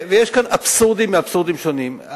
יש כאן אבסורדים מאבסורדים שונים.